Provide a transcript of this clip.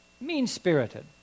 mean-spirited